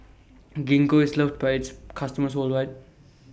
Gingko IS loved By its customers worldwide